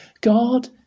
God